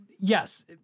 Yes